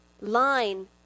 line